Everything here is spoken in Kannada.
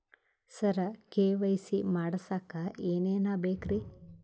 ಸರ ಕೆ.ವೈ.ಸಿ ಮಾಡಸಕ್ಕ ಎನೆನ ಬೇಕ್ರಿ?